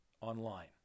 online